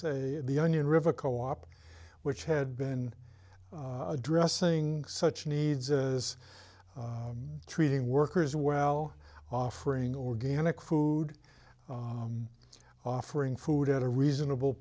the onion river co op which had been addressing such needs as treating workers well offering organic food offering food at a reasonable